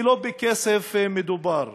כי לא בכסף מדובר.